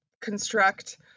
construct